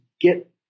get